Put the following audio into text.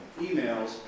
emails